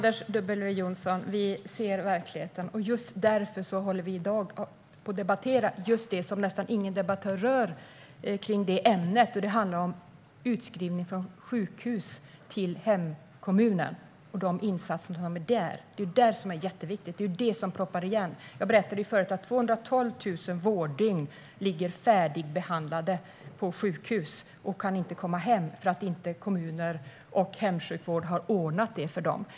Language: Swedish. Fru talman! Vi ser verkligheten, Anders W Jonsson. Just därför debatterar vi i dag det som nästan ingen debattör rör när det gäller det ämnet. Det handlar om utskrivning från sjukhus till hemkommunen och insatserna där. Det är jätteviktigt. Det är det som proppar igen. Jag berättade förut att 212 000 vårddygn ligger färdigbehandlade på sjukhus och kan inte komma hem eftersom kommunerna inte har ordnat hemsjukvård.